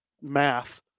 math